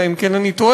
אלא אם כן אני טועה,